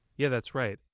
yeah, that's right.